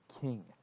king